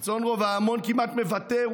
את סנורוב ההמון כמעט מבתר.